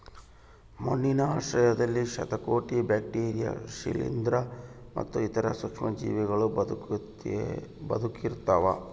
ಮಣ್ಣಿನ ಆಶ್ರಯದಲ್ಲಿ ಶತಕೋಟಿ ಬ್ಯಾಕ್ಟೀರಿಯಾ ಶಿಲೀಂಧ್ರ ಮತ್ತು ಇತರ ಸೂಕ್ಷ್ಮಜೀವಿಗಳೂ ಬದುಕಿರ್ತವ